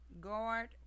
Guard